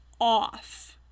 off